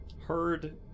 heard